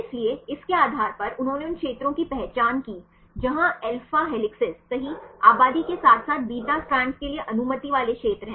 इसलिए इसके आधार पर उन्होंने उन क्षेत्रों की पहचान की जहां अल्फा हेलिसेस सही आबादी के साथ साथ बीटा स्ट्रैड्स के लिए अनुमति वाले क्षेत्र हैं